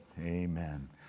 Amen